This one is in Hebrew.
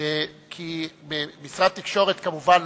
כי משרד התקשורת, כמובן,